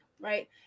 right